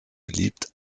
beliebt